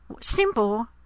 simple